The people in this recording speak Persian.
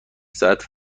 ساعت